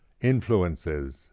influences